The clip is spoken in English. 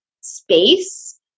space